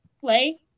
play